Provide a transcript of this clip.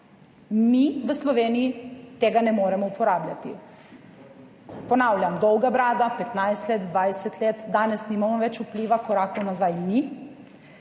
mi v Sloveniji tega ne moremo uporabljati. Ponavljam, dolga brada, 15 let, 20 let, danes nimamo več vpliva, korakov nazaj ni.